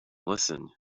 listen